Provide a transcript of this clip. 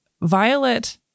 Violet